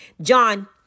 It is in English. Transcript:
John